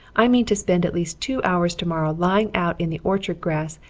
i mean to spend at least two hours tomorrow lying out in the orchard grass,